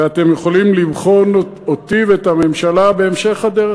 ואתם יכולים לבחון אותי ואת הממשלה בהמשך הדרך,